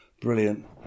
brilliant